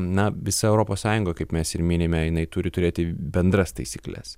na visa europos sąjunga kaip mes ir minime jinai turi turėti bendras taisykles